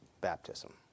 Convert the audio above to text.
baptism